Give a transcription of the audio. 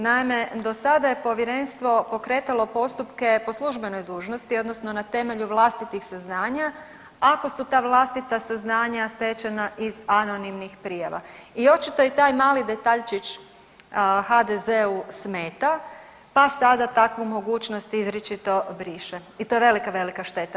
Naime, do sada je povjerenstvo pokretalo postupke po službenoj dužnosti odnosno na temelju vlastitih saznanja ako su ta vlastita saznanja stečena iz anonimnih prijava i očito je taj mali detaljčić HDZ-u smeta pa sada takvu mogućnost izričito briše i to je velika, velika šteta.